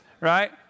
right